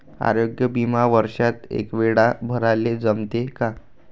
आरोग्य बिमा वर्षात एकवेळा भराले जमते का?